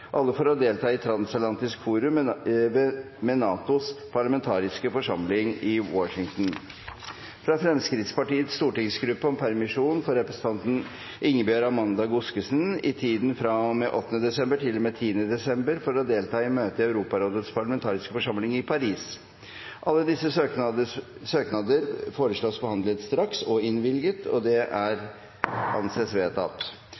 alle for å delta i Transatlantisk Forum med NATOs parlamentariske forsamling i Washington fra Fremskrittspartiets stortingsgruppe om permisjon for representanten Ingebjørg Amanda Godskesen i tiden fra og med 8. desember til og med 10. desember for å delta i møte i Europarådets parlamentariske forsamling i Paris Søknadene foreslås behandlet straks og innvilget. – Det anses vedtatt.